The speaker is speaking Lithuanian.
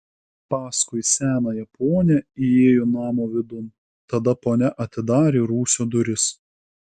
paskui senąją ponią įėjo namo vidun tada ponia atidarė rūsio duris